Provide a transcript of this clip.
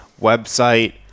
Website